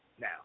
now